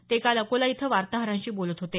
ते काल अकोला इथं वार्ताहरांशी बोलत होते